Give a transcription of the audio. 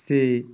ସେ